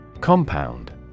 Compound